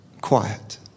quiet